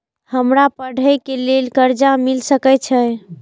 हमरा पढ़े के लेल कर्जा मिल सके छे?